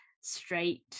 straight